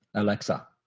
alexa.